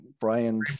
Brian